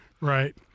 Right